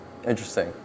Interesting